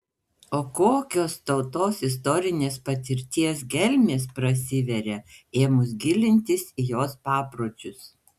o kokios tautos istorinės patirties gelmės prasiveria ėmus gilintis į jos papročius